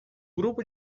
grupo